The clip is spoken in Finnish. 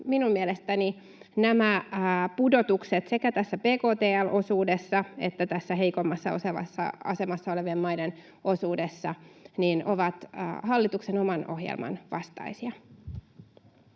Minun mielestäni nämä pudotukset sekä bktl-osuudessa että heikoimmassa asemassa olevien maiden osuudessa ovat hallituksen oman ohjelman vastaisia.